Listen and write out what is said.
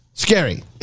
Scary